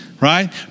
right